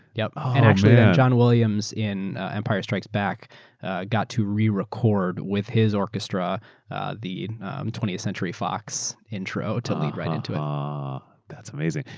yeah actually john williams in empire strikes back got to re-record with his orchestra the twentieth century fox intro to lead right into it. ah that's amazing.